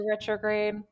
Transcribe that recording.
retrograde